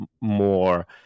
more